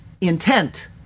intent